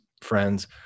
friends